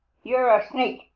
you're a sneak!